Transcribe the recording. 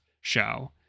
show